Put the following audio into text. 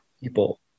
people